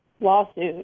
lawsuit